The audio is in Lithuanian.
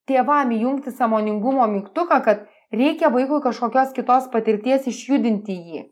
tėvam įjungti sąmoningumo mygtuką kad reikia vaikui kažkokios kitos patirties išjudinti jį